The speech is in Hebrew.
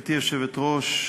גברתי היושבת-ראש,